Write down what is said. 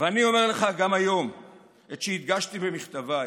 אני אומר לך גם היום את שהדגשתי במכתביי,